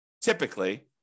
typically